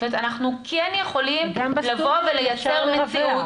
זאת אומרת אנחנו כן יכולים לייצר מציאות